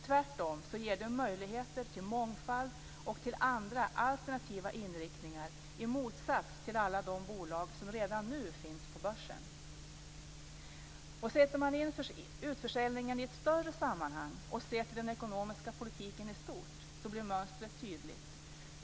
Tvärtom ger det möjligheter till mångfald och alternativa inriktningar i motsats till alla de bolag som redan nu finns på börsen. Sätter man in utförsäljningen i ett större sammanhang och ser till den ekonomiska politiken i stort, blir mönstret tydligt.